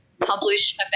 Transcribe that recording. publish